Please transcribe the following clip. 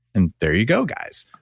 and there you go, guys,